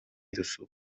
duzu